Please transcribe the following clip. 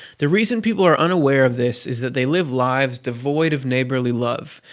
the reason people are unaware of this is that they live lives devoid of neighborly love,